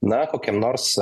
na kokiam nors